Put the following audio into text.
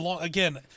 Again